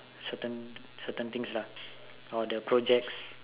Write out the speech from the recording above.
certain things lah or the projects